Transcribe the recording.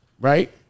right